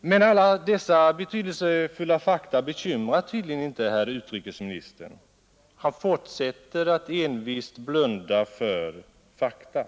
Men alla dessa betydelsefulla fakta bekymrar tydligen inte herr utrikesministern. Han fortsätter att envist blunda för fakta.